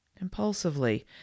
Impulsively